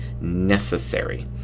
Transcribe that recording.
necessary